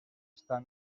estan